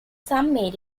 some